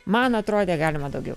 man atrodė galima daugiau